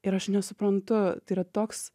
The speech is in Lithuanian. ir aš nesuprantu tai yra toks